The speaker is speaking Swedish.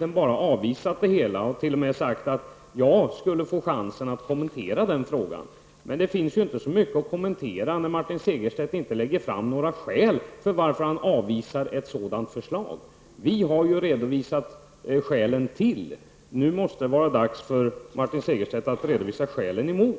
Han har avvisat det hela och t.o.m. sagt att jag skulle få en chans att kommentera den frågan. Men det finns inte mycket att kommentera när Martin Segerstedt inte lägger fram några skäl för att han avvisar förslaget. Vi har redovisat skälen för, och nu är det dags för Martin Segerstedt att redovisa skälen emot.